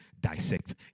dissect